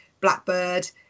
blackbird